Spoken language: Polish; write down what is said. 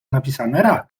napisane